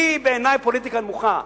הוא בעיני פוליטיקה נמוכה.